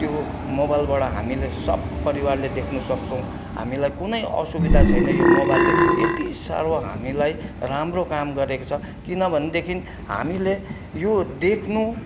मोबाइलबाट हामीले सब परिवारले देख्न सक्छौँ हामीलाई कुनै असुविधा छैन यो मोबाइलले यति साह्रो हामीलाई राम्रो काम गरेको छ किन भनेदेखि हामीले यो देख्नु